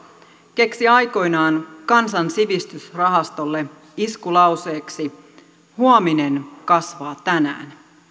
keksi aikoinaan kansan sivistysrahastolle iskulauseeksi huominen kasvaa tänään